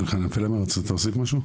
אלחנן פלהיימר, רצית לומר משהו?